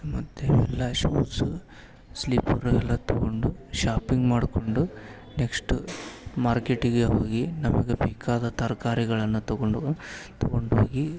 ಮತ್ತು ಎಲ್ಲ shoes slippers ಎಲ್ಲ ತೊಗೊಂಡು ಶಾಪಿಂಗ್ ಮಾಡ್ಕೊಂಡು ನೆಕ್ಷ್ಟು ಮಾರ್ಕೇಟಿಗೆ ಹೋಗಿ ನಮಗೆ ಬೇಕಾದ ತರಕಾರಿಗಳನ್ನ ತೊಗೊಂಡು ತೊಗೊಂಡೋಗಿ